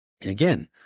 Again